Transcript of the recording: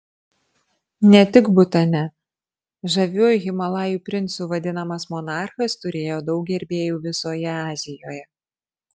ne tik butane žaviuoju himalajų princu vadinamas monarchas turėjo daug gerbėjų visoje azijoje